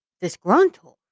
disgruntled